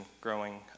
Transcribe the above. growing